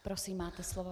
Prosím, máte slovo.